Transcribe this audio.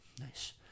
Nice